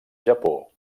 japó